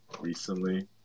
recently